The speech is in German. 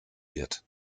wird